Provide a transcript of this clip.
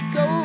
go